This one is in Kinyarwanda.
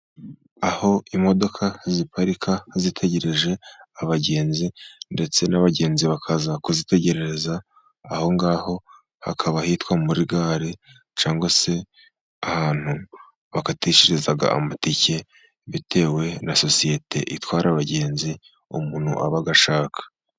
Aho imodoka ziparika zitegereje abagenzi, ndetse n'abagenzi bakaza kuzitegerereza aho ngaho, hakaba hitwa muri gare, cyangwa se ahantu bakatishiriza amatike, bitewe na sosiyete itwara abagenzi, umuntu aba ashaka.